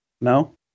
No